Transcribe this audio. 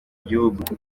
gihugu